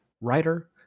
writer